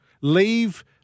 Leave